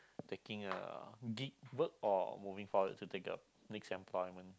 taking a or moving forward to take your next employment